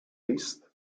east